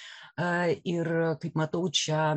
ir kaip matau čia